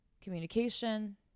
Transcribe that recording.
communication